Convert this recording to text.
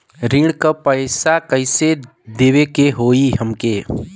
ऋण का पैसा कइसे देवे के होई हमके?